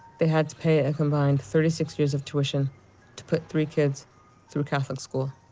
they had to pay a combined thirty six years of tuition to put three kids through catholic school.